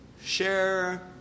Share